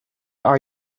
are